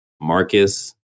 Marcus